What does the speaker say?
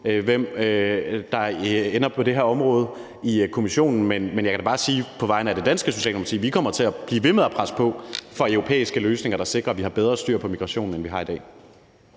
hvem der ender på det her område i Kommissionen. Men jeg kan da på vegne af det danske Socialdemokrati bare sige, at vi kommer til at blive ved med at presse på for europæiske løsninger, der sikrer, at vi har bedre styr på migrationen, end vi har i dag.